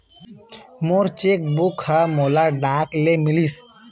मोर cheque book ह मोला डाक ले मिलिस